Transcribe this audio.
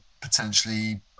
potentially